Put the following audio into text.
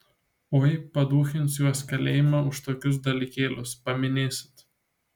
oi paduchins juos kalėjime už tokius dalykėlius paminėsit